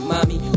Mommy